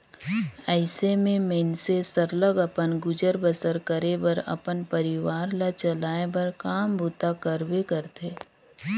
अइसे में मइनसे सरलग अपन गुजर बसर करे बर अपन परिवार ल चलाए बर काम बूता करबे करथे